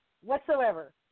whatsoever